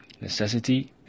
Necessity